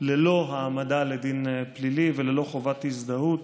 ללא העמדה לדין פלילי וללא חובת הזדהות.